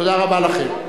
תודה רבה לכם.